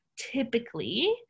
typically